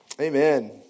amen